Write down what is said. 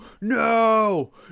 no